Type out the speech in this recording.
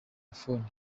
buffon